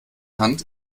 hand